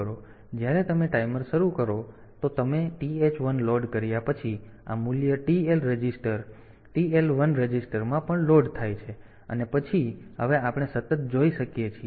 તેથી જ્યારે તમે ટાઈમર શરૂ કરો તો તમે TH 1 લોડ કર્યા પછી આ મૂલ્ય TL રજિસ્ટર TL1 રજિસ્ટરમાં પણ લોડ થાય છે અને પછી હવે આપણે સતત જોઈ શકીએ છીએ